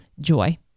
joy